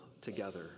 together